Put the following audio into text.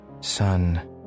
Son